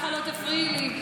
כך לא תפריעי לי.